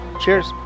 Cheers